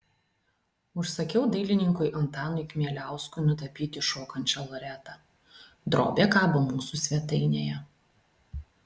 užsakiau dailininkui antanui kmieliauskui nutapyti šokančią loretą drobė kabo mūsų svetainėje